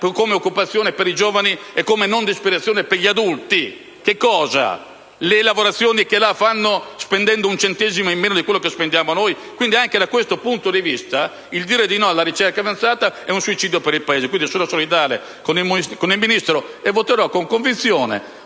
occupazione ai giovani ed evitare la disperazione agli adulti? Le lavorazioni che là fanno spendendo un centesimo di quello che spendiamo noi? Pertanto, anche da questo punto di vista, dire di no alla ricerca avanzata è un suicidio per il Paese. Sono quindi solidale con il Ministro e voterò con convinzione